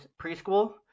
preschool